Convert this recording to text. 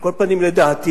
על כל פנים לדעתי,